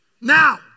Now